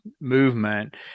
movement